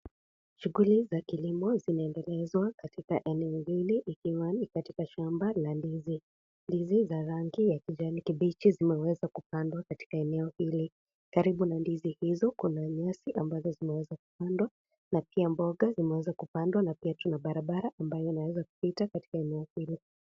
Shughuli za kilimo zinaendelezwa katika eneo hili ikiwa ni katika shamba la ndizi. Ndizi za rangi ya kijani kibichi zimeweza kupandwa katika eneo hili. Karibu na ndizi hizo kuna nyasi ambazo zimeweza kupandwa, na pia mboga zimeweza kupandwa, na pia tuna barabara ambayo inaweza kupita katika eneo hilo.